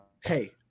Hey